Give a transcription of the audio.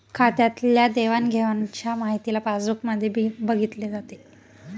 खात्यातल्या देवाणघेवाणच्या माहितीला पासबुक मध्ये बघितले जाते